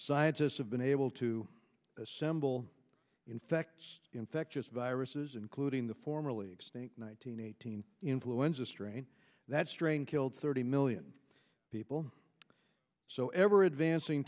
scientists have been able to assemble infects infectious viruses including the formerly extinct one nine hundred eighteen influenza strain that strain killed thirty million people so ever advancing